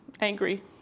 angry